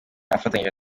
afatanyije